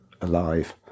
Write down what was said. alive